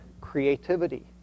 Creativity